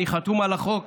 אני חתום על החוק,